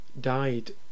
died